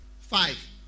Five